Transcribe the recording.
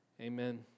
Amen